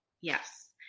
Yes